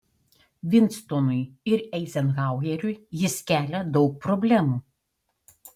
vinstonui ir eizenhaueriui jis kelia daug problemų